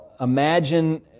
imagine